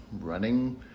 running